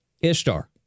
Ishtar